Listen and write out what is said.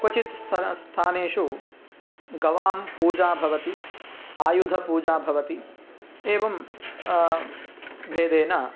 क्वचित् स्थ स्थानेषु गवां पूजा भवति आयुधपूजा भवति एवं भेदेन